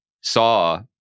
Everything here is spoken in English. saw